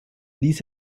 ließ